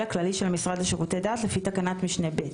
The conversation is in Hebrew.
הכללי של המשרד לשירותי דת לפי תקנת משנה (ב).